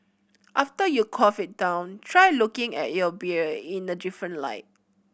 after you quaff it down try looking at your beer in a different light